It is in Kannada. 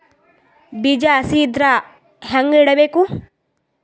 ಬೀಜ ಹಸಿ ಇದ್ರ ಹ್ಯಾಂಗ್ ಇಡಬೇಕು?